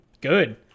good